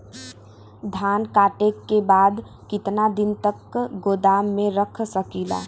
धान कांटेके बाद कितना दिन तक गोदाम में रख सकीला?